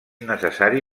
necessari